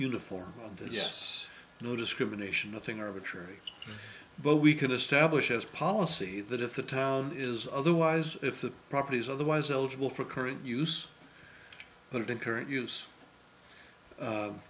uniform yes no discrimination nothing arbitrary but we can establish as policy that if the town is otherwise if the properties of the was eligible for current use but in current use